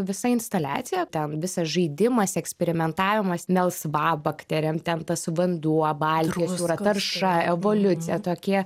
visa instaliacija ten visas žaidimas eksperimentavimas melsvabakterėm ten tas vanduo baltijos jūra tarša evoliucija tokie